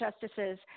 justices